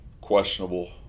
questionable